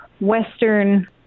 Western